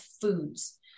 foods